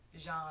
Jean